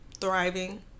thriving